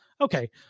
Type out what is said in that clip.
okay